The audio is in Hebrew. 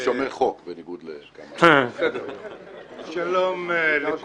אני שומר חוק, בניגוד לכמה --- שלום לכולם.